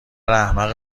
احمق